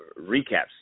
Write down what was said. recaps